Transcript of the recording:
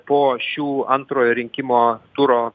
po šių antrojo rinkimo turo